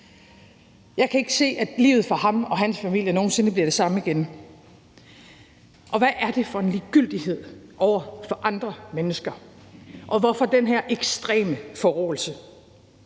Jeg kan ikke se, at livet for ham og hans familie nogen sinde bliver det samme igen. Og hvad er det for en ligegyldighed over for andre mennesker, og hvorfor er der den her ekstreme forråelse?